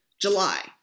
July